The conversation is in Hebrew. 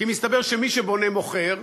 כי מסתבר שמי שבונה, מוכר,